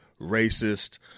racist